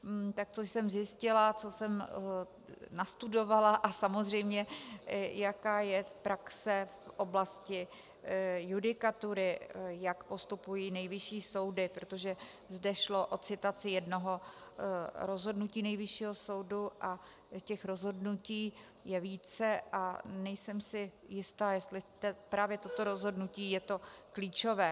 Co jsem zjistila, co jsem nastudovala a samozřejmě jaká je praxe v oblasti judikatury, jak postupují nejvyšší soudy, protože zde šlo o citaci jednoho rozhodnutí Nejvyššího soudu, a těch rozhodnutí je více a nejsem si jista, jestli právě toto rozhodnutí je to klíčové.